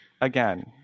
again